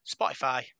Spotify